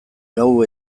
gau